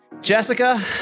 Jessica